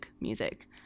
music